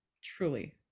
truly